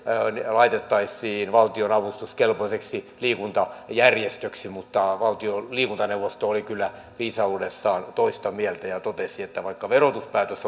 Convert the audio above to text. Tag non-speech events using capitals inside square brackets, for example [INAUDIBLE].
laitettaisi valtion avustuskelpoiseksi liikuntajärjestöksi mutta valtion liikuntaneuvosto oli kyllä viisaudessaan toista mieltä ja totesi että vaikka verotuspäätös [UNINTELLIGIBLE]